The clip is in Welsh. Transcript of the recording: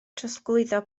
trosglwyddo